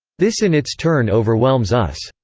this in its turn overwhelms us.